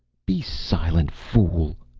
be silent, fool!